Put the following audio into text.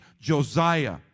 Josiah